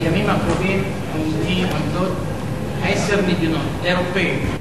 בימים האחרונים עומדות עשר מדינות אירופיות,